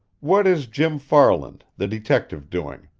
what is jim farland, the detective, doing?